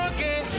Okay